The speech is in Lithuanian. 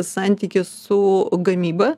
santykis su gamyba